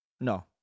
No